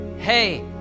Hey